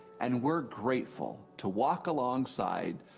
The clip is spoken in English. and we're grateful to walk alongside,